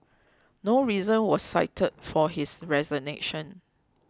no reason was cited for his resignation